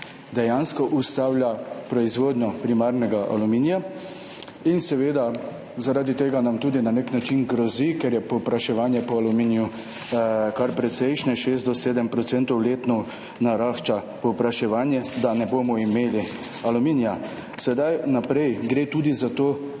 dejansko ustavlja proizvodnjo primarnega aluminija in seveda nam zaradi tega tudi na nek način grozi, ker je povpraševanje po aluminiju kar precejšnje, 6 do 7 % letno narašča povpraševanje, da ne bomo imeli aluminija. Sedaj naprej. Gre tudi za to,